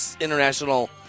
international